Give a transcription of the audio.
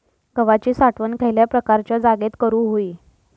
गव्हाची साठवण खयल्या प्रकारच्या जागेत करू होई?